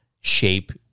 shape